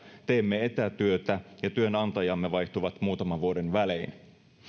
teemme etätyötä ja työnantajamme vaihtuvat muutaman vuoden välein